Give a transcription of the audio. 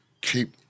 keep –